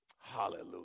Hallelujah